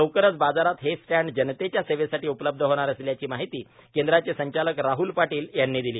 लवकरच बाजारात हे स्टॅन्ड जनतेच्या सेवेसाठी उपलब्ध होणार असल्याची माहिती केंद्राचे संचालक राहल पाटील यांनी दिली आहे